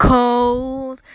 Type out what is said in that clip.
cold